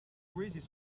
raises